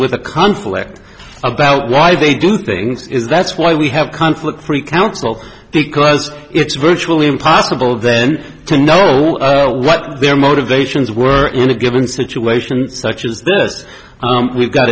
with a conflict about why they do things is that's why we have conflict free council because it's virtually impossible then to know what their motivations were in a given situation such as this we've got